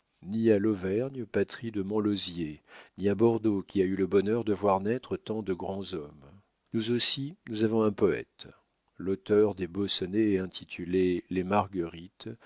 ni à l'auvergne patrie de montlosier ni à bordeaux qui a eu le bonheur de voir naître tant de grands hommes nous aussi nous avons un poète l'auteur des beaux sonnets intitulés les marguerites